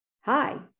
Hi